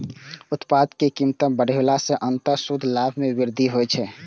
उत्पाद के कीमत बढ़ेला सं अंततः शुद्ध लाभ मे वृद्धि होइ छै